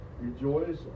Rejoice